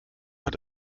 hat